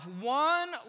one